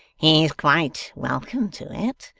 he's quite welcome to it.